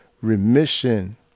remission